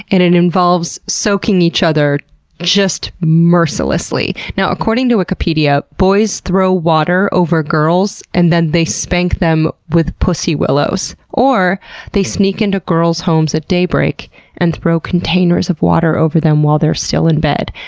and and involves soaking each other just mercilessly. now according to wikipedia boys throw water over girls, and then they spank them with pussy willows or sneak into girls' homes at daybreak and throw containers of water over them while they're still in bed,